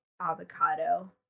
avocado